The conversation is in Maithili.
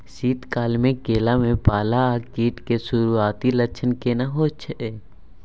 शीत काल में केला में पाला आ कीट के सुरूआती लक्षण केना हौय छै?